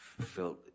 felt